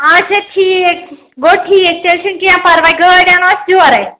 آچھا ٹھیٖک گوٚو ٹھیٖک تیٚلہِ چھُنہٕ کیٚنٛہہ پَرواے گٲڑۍ اَنو أسۍ یورَے